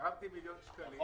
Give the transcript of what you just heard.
תרמתי מיליון שקלים,